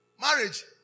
Marriage